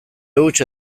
huts